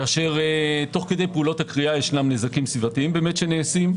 כאשר תוך פעולות הכרייה יש נזקים סביבתיים שנעשים.